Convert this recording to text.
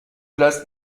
place